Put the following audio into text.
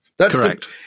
Correct